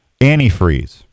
Antifreeze